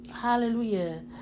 Hallelujah